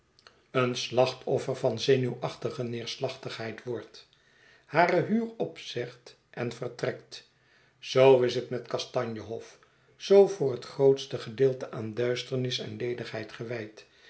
een slachtoffer van zenuwachtige neerslachtigheid wordt hare huur opzegt en vertrekt zoo is het met kastanje hof zoo voor het grootste gedeelte aan duisternis en ledigheid gewijd